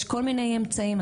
יש כל מיני אמצעים.